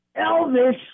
Elvis